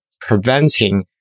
preventing